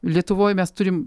lietuvoj mes turim